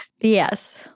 Yes